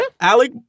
Alec